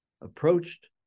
approached